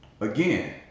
again